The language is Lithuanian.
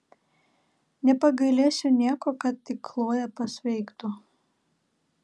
nepagailėsiu nieko kad tik chlojė pasveiktų